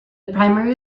primary